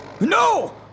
No